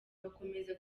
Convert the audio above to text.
bakomeza